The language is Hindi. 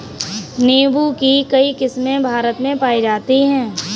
नीम्बू की कई किस्मे भारत में पाई जाती है